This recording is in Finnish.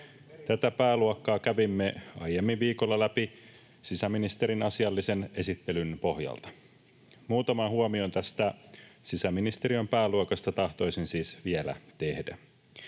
Tätä pääluokkaa kävimme aiemmin viikolla läpi sisäministerin asiallisen esittelyn pohjalta. Muutaman huomion tästä sisäministeriön pääluokasta tahtoisin siis vielä tehdä.